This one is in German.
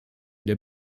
der